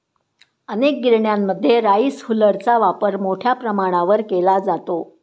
अनेक गिरण्यांमध्ये राईस हुलरचा वापर मोठ्या प्रमाणावर केला जातो